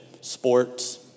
sports